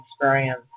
experience